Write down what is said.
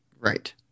Right